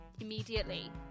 immediately